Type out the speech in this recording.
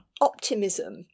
optimism